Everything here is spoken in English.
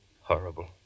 Horrible